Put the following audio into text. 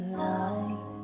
light